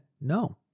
No